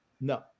No